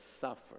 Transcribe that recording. suffer